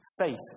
faith